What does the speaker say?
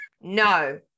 no